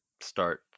start